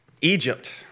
Egypt